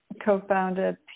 co-founded